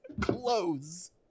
clothes